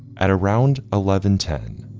at around eleven ten,